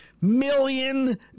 million